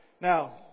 Now